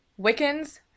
Wiccans